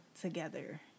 together